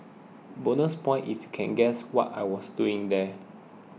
bonus points if you can guess what I was doing there